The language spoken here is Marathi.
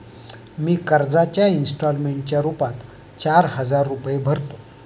मी कर्जाच्या इंस्टॉलमेंटच्या रूपात चार हजार रुपये भरतो